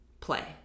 play